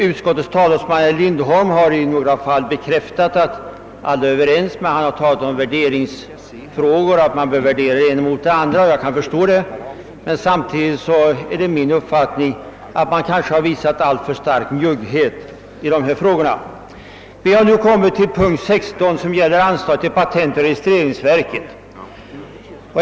Utskottets talesman herr Lindholm har ett par gånger framhållit att vi måste väga det ena mot det andra, och detta är vi väl alla ense om, men enligt min mening har man ändå visat alltför stor njugghet i några fall. Vi har nu hunnit till punkt 16 i utskottets utlåtande som gäller anslag till patentoch registreringsverket.